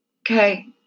Okay